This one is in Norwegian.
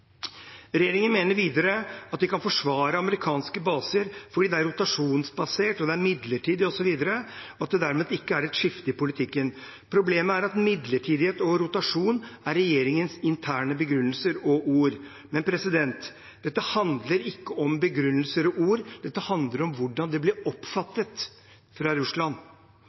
Regjeringen mener videre at de kan forsvare amerikanske baser fordi det er rotasjonsbasert, det er midlertidig, osv., og at det dermed ikke er et skifte i politikken. Problemet er at midlertidighet og rotasjon er regjeringens interne begrunnelser og ord. Men dette handler ikke om begrunnelser og ord, dette handler om hvordan det blir oppfattet av Russland.